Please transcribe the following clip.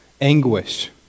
anguish